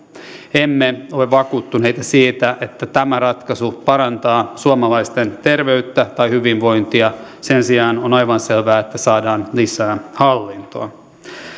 emme ole vakuuttuneita siitä että tämä ratkaisu parantaa suomalaisten terveyttä tai hyvinvointia sen sijaan on aivan selvää että saadaan lisää hallintoa